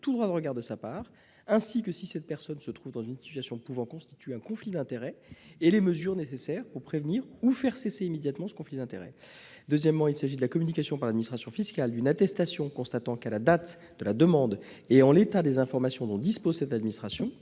tout droit de regard de sa part, ainsi que si cette personne se trouve dans une situation pouvant constituer un conflit d'intérêts et les mesures nécessaires pour prévenir ou faire cesser immédiatement celui-ci ». Il s'agit, ensuite, de la communication par l'administration fiscale « d'une attestation constatant qu'à la date de la demande et en l'état des informations dont dispose cette administration,